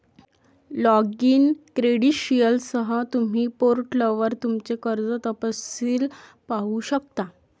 login क्रेडेंशियलसह, तुम्ही पोर्टलवर तुमचे कर्ज तपशील पाहू शकता